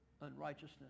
unrighteousness